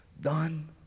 done